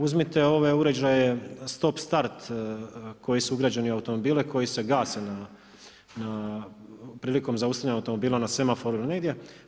Uzmite ove uređaje stop start koji su ugrađeni u automobile koji se gase prilikom zaustavljanja automobila na semaforu ili negdje.